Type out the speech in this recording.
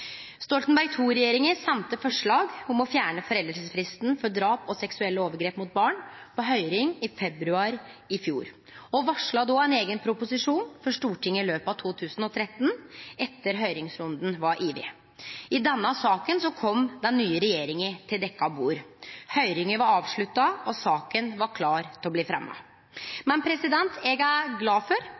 Stoltenberg II-regjeringa sendte forslag om å fjerne foreldingsfristen for drap og seksuelle overgrep mot barn på høyring i februar i fjor og varsla då ein eigen proposisjon til Stortinget i løpet av 2013, etter at høyringsrunden var over. I denne saka kom den nye regjeringa til dekt bord. Høyringa var avslutta, og saka var klar til å bli fremja. Men eg er glad for